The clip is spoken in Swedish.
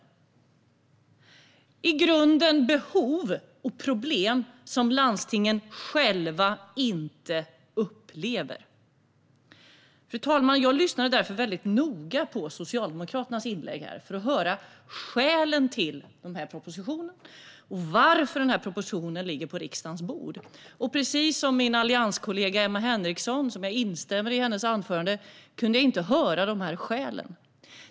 Det är i grunden behov och problem som landstingen själva inte upplever. Fru talman! Jag lyssnade därför noga på Socialdemokraternas inlägg här för att höra skälen till propositionen och varför den ligger på riksdagens bord. Precis som min allianskollega Emma Henriksson, vars anförande jag instämmer i, kunde jag inte höra skälen.